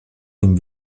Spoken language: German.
dem